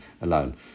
alone